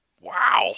Wow